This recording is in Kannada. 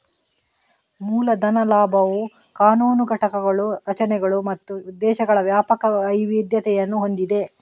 ಮೂಲ ಧನ ಲಾಭವು ಕಾನೂನು ಘಟಕಗಳು, ರಚನೆಗಳು ಮತ್ತು ಉದ್ದೇಶಗಳ ವ್ಯಾಪಕ ವೈವಿಧ್ಯತೆಯನ್ನು ಹೊಂದಿದೆ